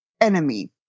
enemy